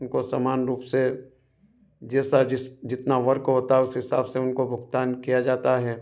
उनको समान रूप से जैसा जिस जितना वर्क होता उस हिसाब से उनको भुगतान किया जाता है